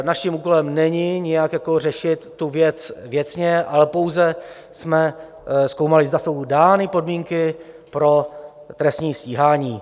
Naším úkolem není nijak řešit tu věc věcně, ale pouze jsme zkoumali, zda jsou dány podmínky pro trestní stíhání.